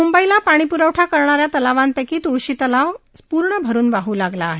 म्ंबईला पाणीप्रवठा करणाऱ्या तलावांपैकी त्ळशी तलाव पूर्ण भरून वाह लागला आहे